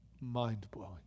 mind-blowing